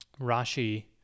Rashi